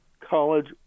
college